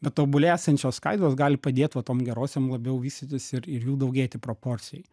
bet obuolyje esančios skaidulos gali padėt va va tom gerosiom labiau vystytis ir ir jų daugėti proporcijoj